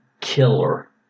killer